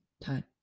Time